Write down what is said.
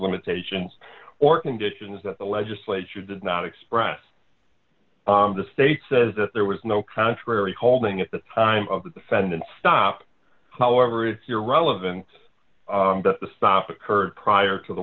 limitations or conditions that the legislature does not express the state says that there was no contrary holding at the time of the defendant stop however it's irrelevant to the stop occurred prior to the